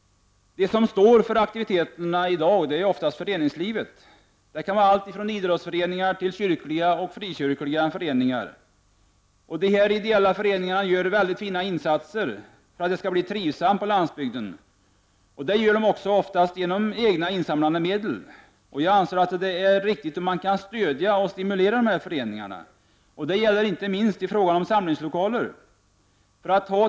Oftast är det föreningslivet som står för aktiviteterna. Det kan vara alltifrån idrottsföreningar till kyrkliga och frikyrkliga föreningar. Dessa ideella föreningar gör väldigt fina insatser för trivseln på landsbygden, och de görs oftast genom egna, insamlade medel. Jag anser därför att det är riktigt att stödja och stimulera de här föreningarna. Detta gäller inte minst frågan om samlingslokaler.